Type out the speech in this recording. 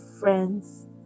friends